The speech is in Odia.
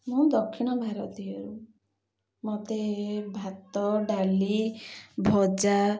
ମୁଁ ଦକ୍ଷିଣ ଭାରତରୁ ମତେ ଭାତ ଡାଲି ଭଜା